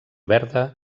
verda